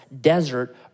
desert